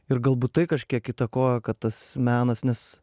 ir galbūt tai kažkiek įtakoja kad tas menas nes